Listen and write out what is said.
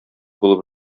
булып